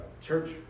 church